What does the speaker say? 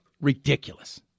ridiculous